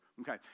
Okay